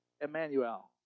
Emmanuel